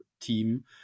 team